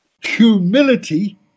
humility